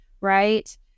right